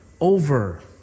over